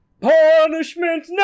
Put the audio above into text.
Punishment